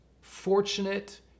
fortunate